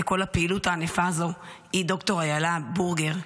לכל הפעילות הענפה הזאת היא ד"ר איילה בורגר,